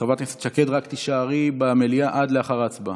חברת הכנסת שקד, רק תישארי במליאה עד לאחר ההצבעה.